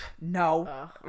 no